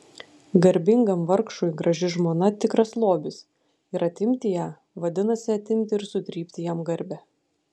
garbingam vargšui graži žmona tikras lobis ir atimti ją vadinasi atimti ir sutrypti jam garbę